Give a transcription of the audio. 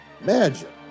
Imagine